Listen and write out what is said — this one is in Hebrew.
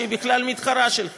שהיא בכלל מתחרה של כי"ל.